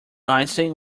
einstein